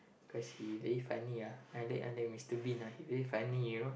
cause he very funny ah I like I like Mister Bean ah he very funny you know